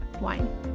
wine